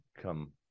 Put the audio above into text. come